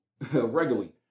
regularly